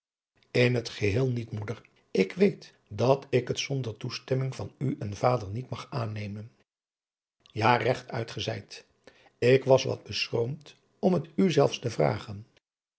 in het geheel niet moeder ik weet dat ik het zonder toestemming van u en vader niet mag aannemen ja regt uit gezeid ik was wat beschroomd om het u zelfs te vragen